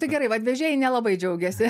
tai gerai vat vežėjai nelabai džiaugiasi